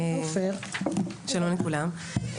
שלום לכולם,